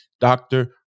Doctor